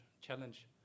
challenge